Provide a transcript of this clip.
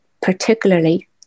particularly